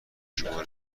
شما